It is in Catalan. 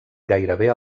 gairebé